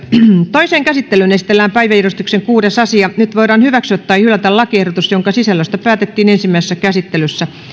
toiseen käsittelyyn esitellään päiväjärjestyksen kuudes asia nyt voidaan hyväksyä tai hylätä lakiehdotus jonka sisällöstä päätettiin ensimmäisessä käsittelyssä